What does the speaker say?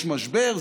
יש משבר,